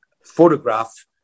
photograph